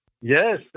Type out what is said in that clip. Yes